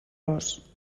ros